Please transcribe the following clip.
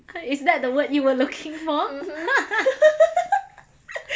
is that the word you were looking for